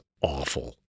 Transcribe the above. awful